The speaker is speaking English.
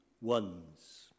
ones